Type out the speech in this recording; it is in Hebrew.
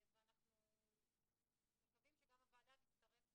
אנחנו מקווים שגם הוועדה תצטרף